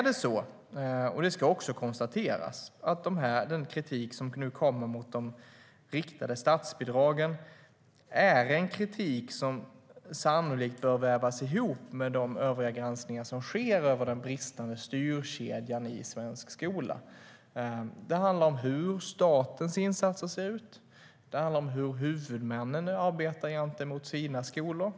Det ska också konstateras att den kritik som nu kommer mot de riktade statsbidragen är en kritik som sannolikt bör vävas ihop med de övriga granskningar som sker av den bristande styrkedjan i svensk skola. Det handlar om hur statens insatser ser ut. Det handlar om hur huvudmännen arbetar gentemot sina skolor.